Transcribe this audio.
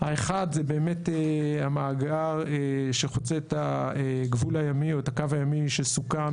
האחד זה באמת המאגר שחוצה את הקו הימי שסוכם